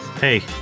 Hey